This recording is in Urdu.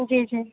جی جی